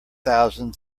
thousand